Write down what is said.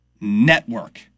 network